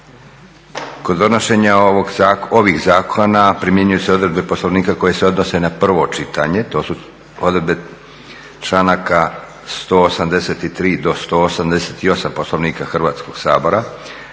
Kod donošenja ovih zakona primjenjuju se odredbe Poslovnika koje se odnose na prvo čitanje. To su odredbe članaka 183. do 188. Poslovnika Hrvatskog sabora.